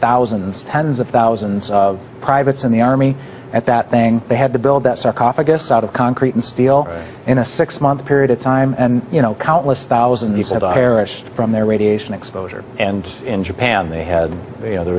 thousands tens of thousands of privates in the army at that thing they had to build that sarcophagus out of concrete and steel in a six month period of time and you know countless thousands of irish from their radiation exposure and in japan they had you know there